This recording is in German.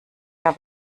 der